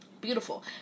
Beautiful